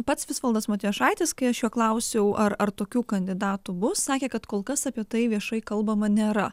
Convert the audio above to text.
pats visvaldas matijošaitis kai aš jo klausiau ar ar tokių kandidatų bus sakė kad kol kas apie tai viešai kalbama nėra